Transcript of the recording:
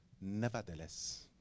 nevertheless